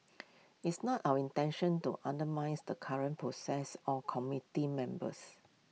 it's not our intention to undermines the current process or committee members